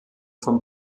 vom